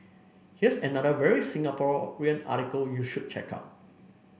here's another very Singaporean article you should check out